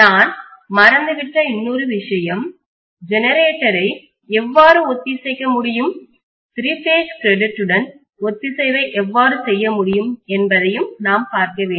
நான் மறந்துவிட்ட இன்னொரு விஷயம் ஜெனரேட்டரை எவ்வாறு ஒத்திசைக்க முடியும் திரி பேஸ் கிரெட்டுடன் ஒத்திசைவை எவ்வாறு செய்ய முடியும் என்பதையும் நாம் பார்க்க வேண்டும்